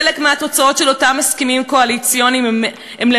חלק מהתוצאות של אותם הסכמים קואליציוניים הן,